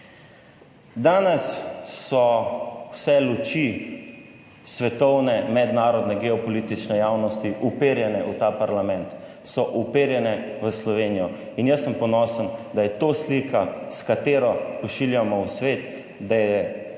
Danes so vse luči svetovne, mednarodne, geopolitične javnosti uperjene v ta parlament, so uperjene v Slovenijo. In jaz sem ponosen, da je to slika, s katero pošiljamo v svet, da je